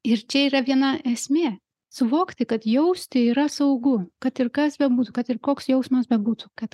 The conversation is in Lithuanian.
ir čia yra viena esmė suvokti kad jausti yra saugu kad ir kas bebūtų kad ir koks jausmas bebūtų kad